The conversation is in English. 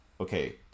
okay